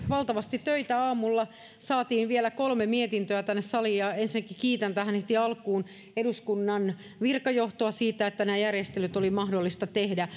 valtavasti töitä saatiin vielä kolme mietintöä tänne saliin ensinnäkin kiitän heti tähän alkuun eduskunnan virkajohtoa siitä että nämä järjestelyt oli mahdollista tehdä